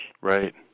Right